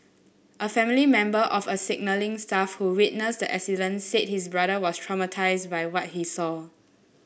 a family member of a signalling staff who witnessed the accident said his brother was traumatised by what he saw